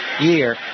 year